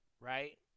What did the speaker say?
right